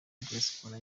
diaspora